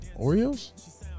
Oreos